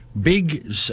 big